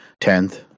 Tenth